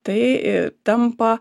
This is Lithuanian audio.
tai i tampa